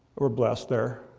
we're blessed there.